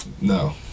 no